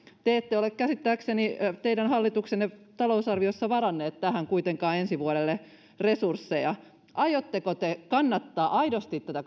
te ette ole käsittääkseni hallituksenne talousarviossa varanneet tähän kuitenkaan ensi vuodelle resursseja aiotteko te kannattaa aidosti tätä